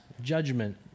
judgment